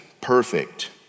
perfect